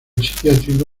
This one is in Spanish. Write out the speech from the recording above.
psiquiátrico